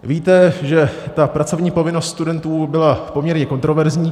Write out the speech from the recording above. Víte, že pracovní povinnost studentů byla poměrně kontroverzní.